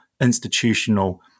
institutional